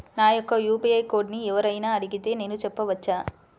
నా యొక్క యూ.పీ.ఐ కోడ్ని ఎవరు అయినా అడిగితే నేను చెప్పవచ్చా?